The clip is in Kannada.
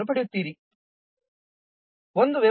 0857 ಅನ್ನು ಪಡೆಯುತ್ತೀರಿ